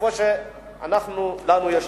כמו שיש לנו.